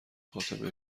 فاطمه